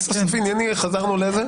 שגם עשו בקנדה,